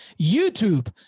YouTube